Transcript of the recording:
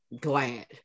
glad